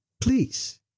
Please